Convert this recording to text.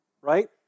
Right